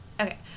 Okay